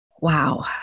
Wow